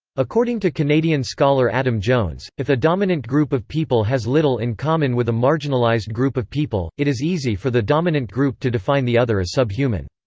according to canadian scholar adam jones, if a dominant group of people has little in common with a marginalized group of people, it is easy for the dominant group to define the other as subhuman.